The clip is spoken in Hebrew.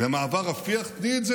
למעבר רפיח,